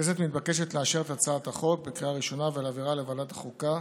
הכנסת מתבקשת לאשר את הצעת החוק בקריאה הראשונה ולהעבירה לוועדת החוקה